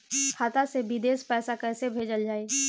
खाता से विदेश पैसा कैसे भेजल जाई?